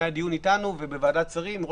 היה דיון איתנו ובוועדת שרים עם ראש